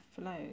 flow